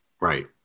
Right